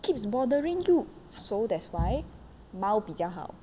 keeps bothering you so that's why 猫比较好